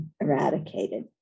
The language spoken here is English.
eradicated